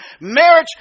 marriage